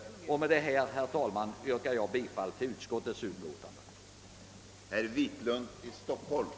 Med detta, herr talman, ber jag att få yrka bifall till utskottets hemställan.